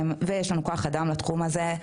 יש לנו כוח אדם לתחום הזה,